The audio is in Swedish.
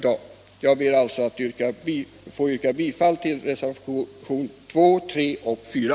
Jag ber alltså att få yrka bifall till reservationerna 2, 3 och 4.